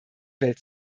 welt